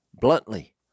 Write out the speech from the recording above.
bluntly